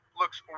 looks